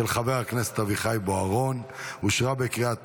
של חבר הכנסת אביחי בוארון אושרה בקריאה הטרומית,